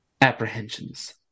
apprehensions